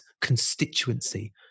constituency